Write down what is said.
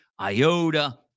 Iota